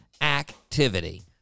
activity